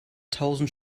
tausend